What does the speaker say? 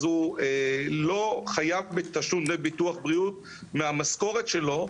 אז הוא לא חייב בתשלום דמי ביטוח בריאות מהמשכורת שלו,